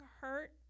hurt